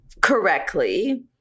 correctly